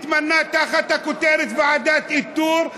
הוא התמנה תחת הכותרת "ועדת איתור",